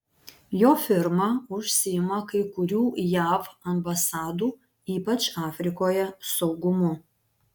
jo firma užsiima kai kurių jav ambasadų ypač afrikoje saugumu